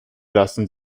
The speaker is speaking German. lassen